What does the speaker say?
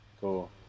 Cool